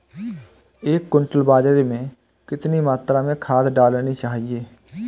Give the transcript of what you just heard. एक क्विंटल बाजरे में कितनी मात्रा में खाद डालनी चाहिए?